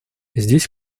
здесь